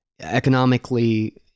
economically